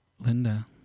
Linda